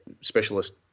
specialist